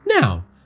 now